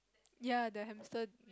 ya the Hamson